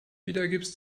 wiedergibst